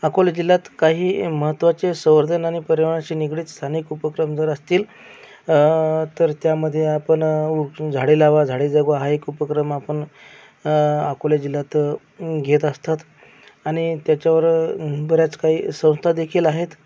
अकोला जिल्ह्यात काही महत्वाचे संवर्धन आणि पर्यावरणाशी निगडित स्थानिक उपक्रम जर असतील तर त्यामध्ये आपण उठून झाडे लावा झाडे जगवा हा एक उपक्रम आपन अकोला जिल्ह्यात घेत असतात आणि त्याच्यावर बऱ्याच काही संस्थादेखील आहेत